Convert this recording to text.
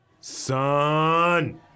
Son